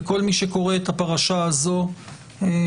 וכול מי שקורא את הפרשה הזאת יכול,